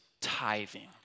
tithing